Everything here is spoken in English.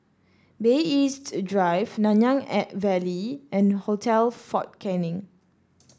Bay East Drive Nanyang at Valley and Hotel Fort Canning